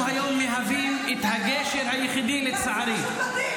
אנחנו היום מהווים את הגשר היחידי, לצערי.